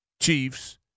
Chiefs